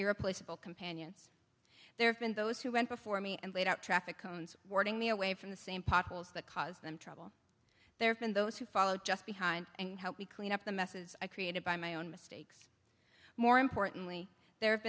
irreplaceable companions there have been those who went before me and laid out traffic cones warning me away from the same potholes that cause them trouble there have been those who followed just behind and help me clean up the messes i created by my own mistakes more importantly there have